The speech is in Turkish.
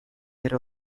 yer